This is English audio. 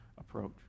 approach